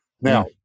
Now